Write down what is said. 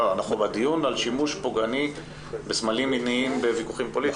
אנחנו בדיון על שימוש פוגעני בסמלים מיניים בוויכוחים פוליטיים.